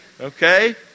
okay